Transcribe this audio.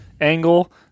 angle